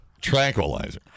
tranquilizer